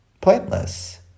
Pointless